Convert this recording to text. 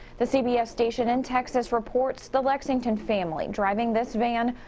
the c b s station in texas reports. the lexington family, driving this van,